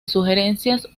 sugerencias